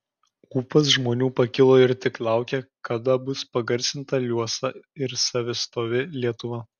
ūpas žmonių pakilo ir tik laukė kada bus pagarsinta liuosa ir savistovi lietuva